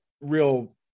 real